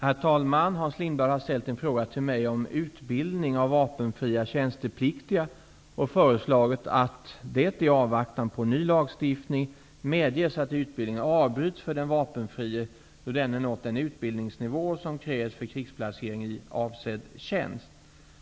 Herr talman! Hans Lindblad har ställt en fråga till mig om utbildning av vapenfria tjänstepliktiga och föreslagit att det, i avvaktan på ny lagstiftning, medges att utbildningen avbryts för den vapenfrie då denne nått den utbildningsnivå som krävs för krigsplacering i avsedd tjänst.